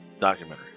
documentary